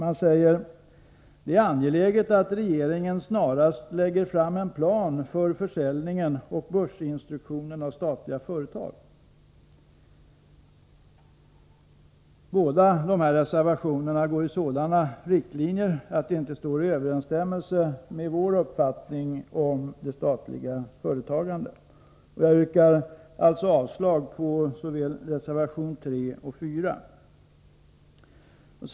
Man säger där: ”Det är angeläget att regeringen snarast lägger fram en plan för försäljning och börsintroduktion av statliga företag.” Båda dessa reservationer har sådana inriktningar att de inte står i överensstämmelse med vår uppfattning om det statliga företagandet. Jag yrkar alltså avslag på såväl reservation 3 som reservation 4.